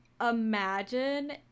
imagine